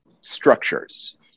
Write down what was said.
structures